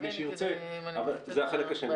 אבל זה החלק השני.